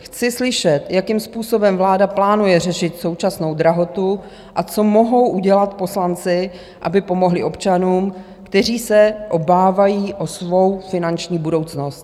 Chci slyšet, jakým způsobem vláda plánuje řešit současnou drahotu a co mohou udělat poslanci, aby pomohli občanům, kteří se obávají o svou finanční budoucnost.